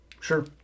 Sure